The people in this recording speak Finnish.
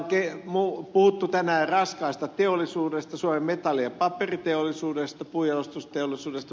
täällä on puhuttu tänään raskaasta teollisuudesta suomen metalli ja paperiteollisuudesta puunjalostusteollisuudesta